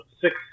six